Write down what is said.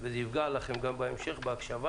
וזה יפגע לכם גם בהמשך בהקשבה